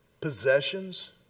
possessions